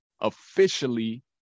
officially